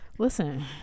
Listen